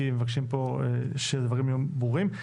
כי מבקשים שהדברים יהיו ברורים.